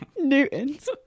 newtons